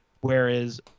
Whereas